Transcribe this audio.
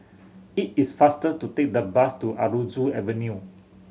it is faster to take the bus to Aroozoo Avenue